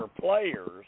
players